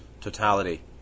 totality